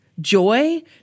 Joy